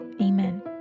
Amen